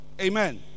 Amen